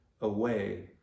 away